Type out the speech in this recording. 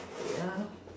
ya